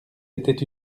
était